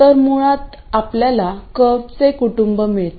तर मुळात आपल्याला कर्वचे कुटुंब मिळते